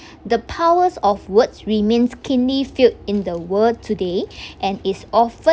the powers of words remains keenly felt in the world today and is often